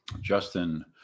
Justin